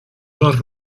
dos